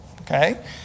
okay